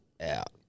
out